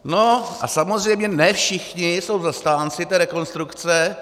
No a samozřejmě ne všichni jsou zastánci té rekonstrukce.